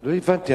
לא הבנתי.